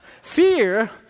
Fear